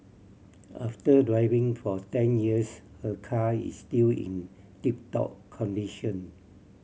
after driving for ten years her car is still in tip top condition